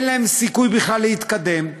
אין להן סיכוי בכלל להתקדם,